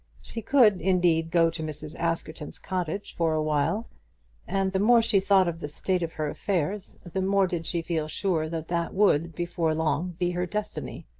she could, indeed, go to mrs. askerton's cottage for awhile and the more she thought of the state of her affairs, the more did she feel sure that that would, before long, be her destiny.